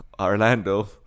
orlando